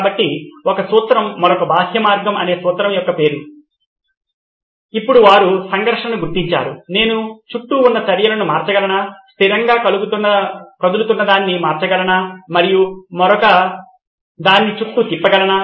కాబట్టి ఒక సూత్రం 'మరొక బాహ్య మార్గం' అనేది సూత్రం యొక్క పేరు ఇప్పుడు వారు సంఘర్షణను గుర్తించారు నేను చుట్టూ ఉన్న చర్యలను మార్చగలనా స్థిరంగా కదులుతున్నదాన్ని నేను మార్చగలనా మరియు మరొకదాన్ని చుట్టూ తిప్పగలనా